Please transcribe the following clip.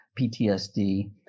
PTSD